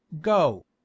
go